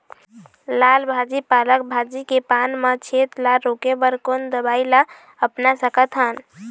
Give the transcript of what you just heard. लाल भाजी पालक भाजी के पान मा छेद ला रोके बर कोन दवई ला अपना सकथन?